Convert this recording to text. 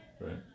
Right